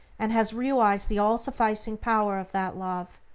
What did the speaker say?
and has realized the all-sufficing power of that love,